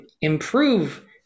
improve